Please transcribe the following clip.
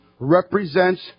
represents